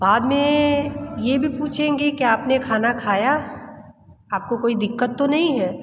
बाद में ये भी पूछेंगे क्या आपने खाना खाया आपको कोई दिक्कत तो नहीं है